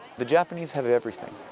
the japanese have everything,